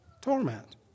torment